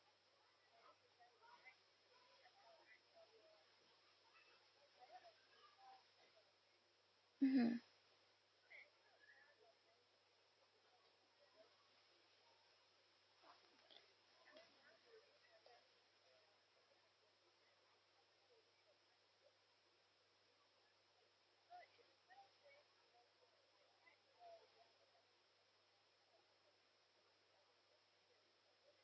mmhmm